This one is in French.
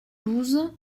douze